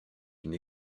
une